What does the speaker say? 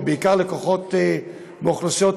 ובעיקר לקוחות מאוכלוסיות מוחלשות,